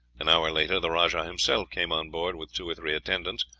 an hour later the rajah himself came on board with two or three attendants,